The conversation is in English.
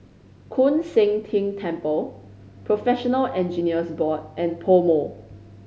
Koon Seng Ting Temple Professional Engineers Board and PoMo